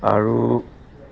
আৰু